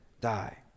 die